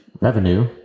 revenue